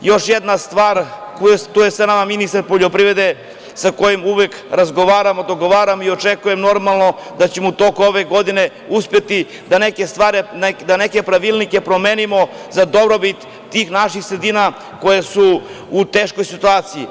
Još jedna stvar, tu je sa nama ministar poljoprivrede, sa kojim uvek razgovaramo, dogovaramo i očekujem da ćemo u toku ove godine uspeti da neke pravilnike promenimo za dobrobit tih naših sredina koje su u teškoj situaciji.